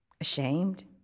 Ashamed